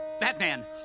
Batman